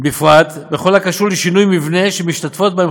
בפרט בכל הקשור לשינויי מבנה שמשתתפות בהם